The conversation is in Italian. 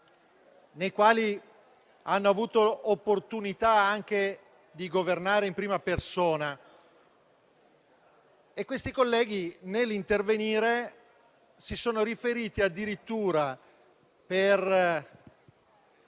nei quali hanno avuto anche l'opportunità di governare in prima persona. Questi colleghi, nell'intervenire, si sono riferiti addirittura, per